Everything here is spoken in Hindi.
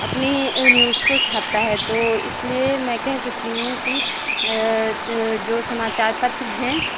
अपने न्यूज़ को छापता है तो इसलिए मैं कह सकती हूँ कि जो समाचार पत्र हैं